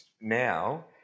now